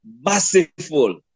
merciful